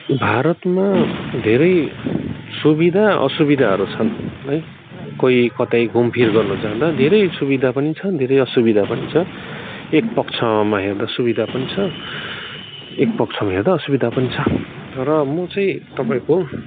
भारतमा धेरै सुविधा असुविधाहरू छन् है कोही कतै घुमफिर गर्नु जाँदा धेरै सुविधा पनि छन् धेरै असुविधा पनि छ एकपक्षमा हेर्दा सुविधा पनि छ एकपक्षमा हेर्दा असुविधा पनि छ र म चाहिँ तपाईँको